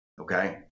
okay